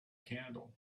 candle